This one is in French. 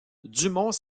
dumont